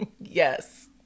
Yes